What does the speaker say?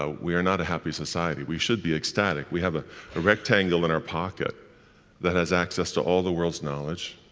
ah we are not a happy society. we should be ecstatic we have ah a rectangle in our pocket that has access to all the world's knowledge,